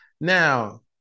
Now